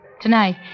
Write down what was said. Tonight